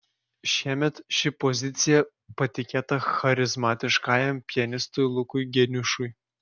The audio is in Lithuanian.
šiemet ši pozicija patikėta charizmatiškajam pianistui lukui geniušui